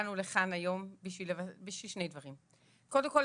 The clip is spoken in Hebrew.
באנו לכאן היום בשביל שני דברים: קודם כל,